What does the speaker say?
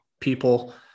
people